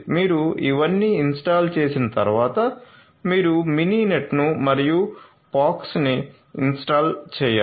మీరు ఇవన్నీ ఇన్స్టాల్ చేసిన తర్వాత మీరు మినినెట్ను మరియు POX ని ఇన్స్టాల్ చేయాలి